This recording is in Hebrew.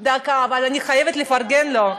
דקה, אבל אני חייבת לפרגן לו.